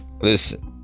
listen